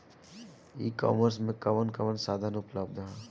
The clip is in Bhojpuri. ई कॉमर्स में कवन कवन साधन उपलब्ध ह?